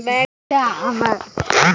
केन्द्र बैंक त हइए हौ